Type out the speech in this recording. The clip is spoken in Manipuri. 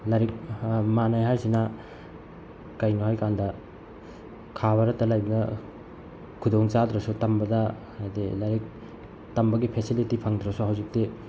ꯂꯥꯏꯔꯤꯛ ꯃꯥꯟꯅꯩ ꯍꯥꯏꯔꯤꯁꯤꯅ ꯀꯩꯅꯣ ꯍꯥꯏ ꯀꯥꯟꯗ ꯈꯥ ꯚꯥꯔꯠꯇ ꯂꯩꯕꯗ ꯈꯨꯗꯣꯡ ꯆꯥꯗ꯭ꯔꯁꯨ ꯇꯝꯕꯗ ꯍꯥꯏꯗꯤ ꯂꯥꯏꯔꯤꯛ ꯇꯝꯕꯒꯤ ꯐꯦꯁꯤꯂꯤꯇꯤ ꯐꯪꯗ꯭ꯔꯁꯨ ꯍꯧꯖꯤꯛꯇꯤ